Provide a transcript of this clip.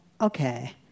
okay